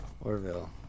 orville